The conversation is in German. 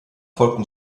folgten